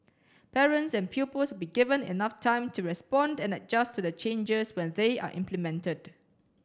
parents and pupils be given enough time to respond and adjust to the changes when they are implemented